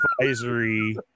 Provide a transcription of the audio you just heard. advisory